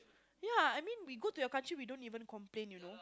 ya I mean we go to your country we don't even complain you know